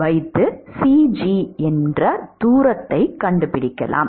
இது Cg தூரம்